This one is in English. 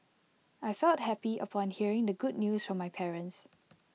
I felt happy upon hearing the good news from my parents